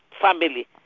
family